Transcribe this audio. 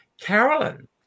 Carolyn